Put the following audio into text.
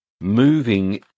moving